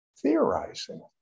theorizing